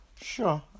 Sure